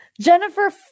Jennifer